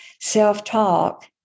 self-talk